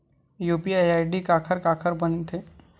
UPI ID काखर काखर बनथे?